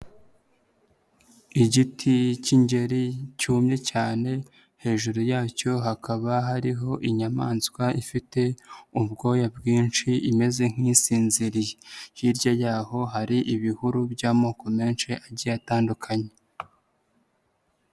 Igiti k'ingeri cyumye cyane, hejuru yacyo hakaba hariho inyamaswa ifite ubwoya bwinshi, imeze nk'isinziriye. Hirya y'aho hari ibihuru by'amoko menshi agiye atandukanye.